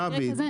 דוד.